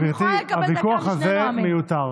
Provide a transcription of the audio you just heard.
אני יכולה לקבל דקה משני נואמים.